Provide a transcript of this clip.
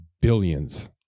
billions